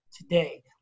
today